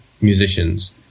musicians